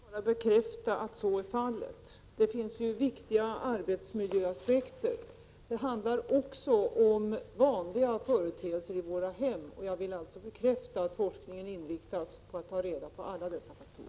Herr talman! Jag vill på den sista punkten bara bekräfta att så är fallet. Det finns ju viktiga arbetsmiljöaspekter. Det handlar också om vanliga företeelser i våra hem. Jag vill alltså bekräfta att forskningen inriktas på att ta reda på alla dessa faktorer.